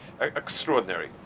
extraordinary